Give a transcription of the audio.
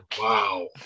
Wow